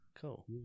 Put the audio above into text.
Cool